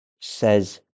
says